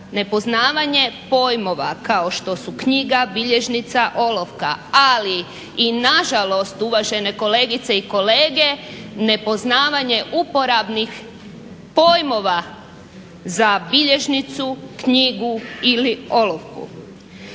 nepoznavanje pojmova kao što su knjiga, bilježnica, olovka, ali i nažalost uvažene kolegice i kolege nepoznavanje uporabnih pojmova za bilježnicu, knjigu ili olovku.